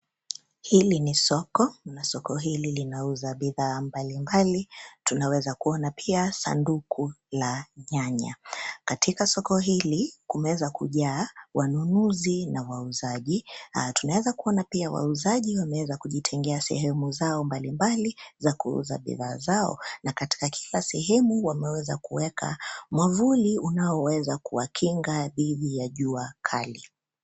Hili ni soko na soko hili linauza bidhaa mbalimbali. Tunaweza kuona pia sanduku la nyanya. Katika soko hili kumeweza kujaa wanunuzi na wauzaji. Tunaweza kuona pia wauzaji wameweza kujitengea sehemu zao mbalimbali za kuuza bidhaa zao na katika kila sehemu wameweza kuweka mwavuli unaoweza kuwakinga dhidi ya jua kali.